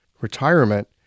Retirement